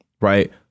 right